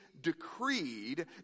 decreed